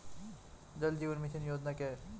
जल जीवन मिशन योजना क्या है?